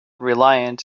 reliant